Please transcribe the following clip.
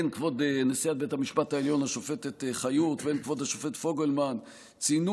הן כבוד נשיאת בית המשפט העליון השופטת חיות והן כבוד השופט פוגלמן ציינו